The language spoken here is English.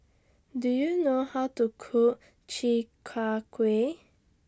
Do YOU know How to Cook Chi Kak Kuih